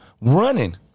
running